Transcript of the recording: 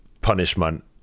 punishment